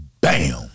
Bam